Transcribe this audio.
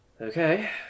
Okay